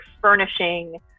furnishing